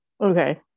okay